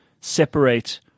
separate